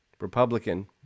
Republican